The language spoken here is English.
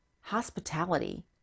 hospitality